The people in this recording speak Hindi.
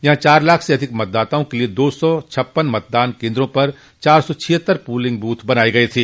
यहां चार लाख से अधिक मतदाताओं के लिये दो सौ छप्पन मतदान केन्द्रों पर चार सौ छियत्तर पोलिंग बूथ बनाये गये थे